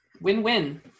Win-win